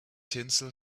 tinsel